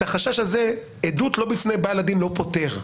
את החשש הזה, עדות לא בפני בעל הדין לא פוטר.